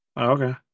Okay